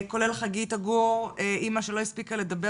כולל חגית עגור הלוי, אימא שלא הספיקה לדבר